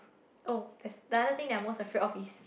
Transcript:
oh there's the other thing that I'm most afraid of is